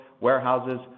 warehouses